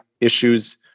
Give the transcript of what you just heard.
issues